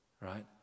right